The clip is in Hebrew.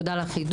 תודה על החידוד.